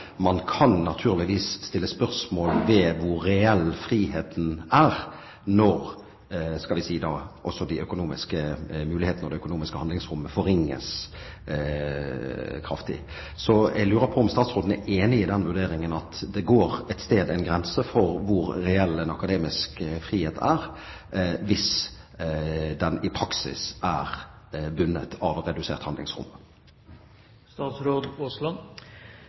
Man kan naturligvis stille spørsmål ved hvor reell friheten er når også de økonomiske mulighetene og det økonomiske handlingsrommet forringes kraftig. Jeg lurer på om statsråden er enig i den vurderingen, at et sted går det en grense for hvor reell den akademiske frihet er, hvis den i praksis er bundet av et redusert